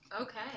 Okay